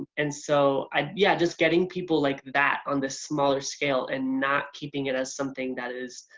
and so i yeah just getting people like that on this smaller scale and not keeping it as something that is.